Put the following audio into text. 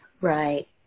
Right